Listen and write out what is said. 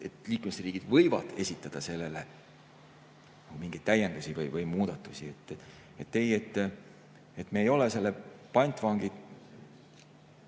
liikmesriigid võivad esitada selle kohta mingeid täiendusi või muudatusi. Ei, me ei ole selle pantvangid.